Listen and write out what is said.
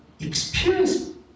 experience